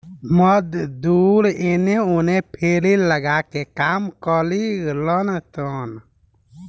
मजदूर एने ओने फेरी लगा के काम करिलन सन